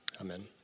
Amen